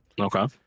Okay